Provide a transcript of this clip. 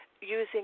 Using